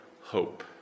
hope